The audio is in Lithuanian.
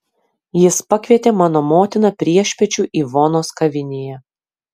jis pakvietė mano motiną priešpiečių ivonos kavinėje